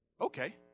okay